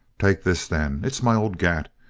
take this, then. it's my old gat.